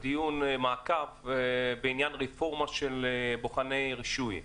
דיון מעקב בעניין רפורמה של בוחני רישוי.